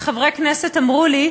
שחברי כנסת אמרו לי,